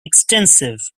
extensive